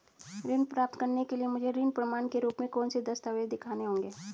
ऋण प्राप्त करने के लिए मुझे प्रमाण के रूप में कौन से दस्तावेज़ दिखाने होंगे?